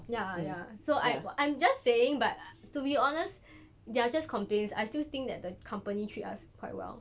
ya ya so I I'm just saying but to be honest they're just complaints I still think that the company treat us quite well